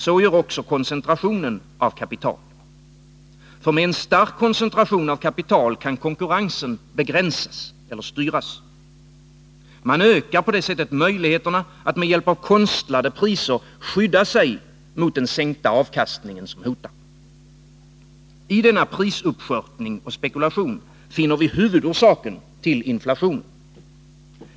Det gör också koncentrationen av kapital. Med en stark koncentration kan konkurrensen begränsas tiska åtgärder eller styras. Man ökar på det sättet möjligheterna att med hjälp av konstlade priser skydda sig mot den sänkta avkastningen som hotar. I denna prisuppskörtning och spekulation finner vi huvudorsaken till inflationen.